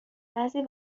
بعضی